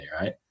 right